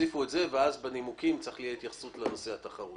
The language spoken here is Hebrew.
תוסיפו את זה ואז בנימוקים צריך יהיה לתת התייחסות לנושא התחרות.